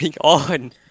on